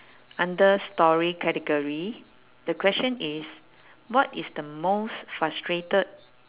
under story category the question is what is the most frustrated